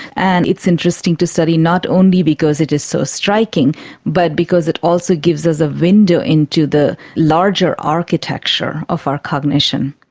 and it's interesting to study not only because it is so striking but because it also gives us a window into the larger architecture of our cognition.